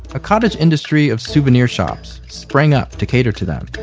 a cottage industry of souvenir shops sprang up to cater to them.